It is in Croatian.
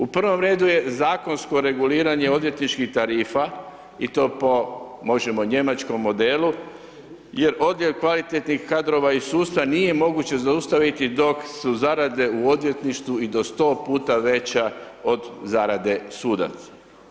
U prvom redu je zakonsko reguliranje odvjetničkih tarifa i to po možemo njemačkom modelu, jer odljev kvalitetnih kadrova iz sudstva nije moguće zaustaviti dok su zarade u odvjetništvu i do 100 puta veća od zarade sudaca.